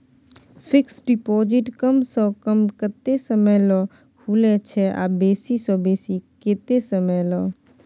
Fixed deposit कम स कम कत्ते समय ल खुले छै आ बेसी स बेसी केत्ते समय ल?